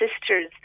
sisters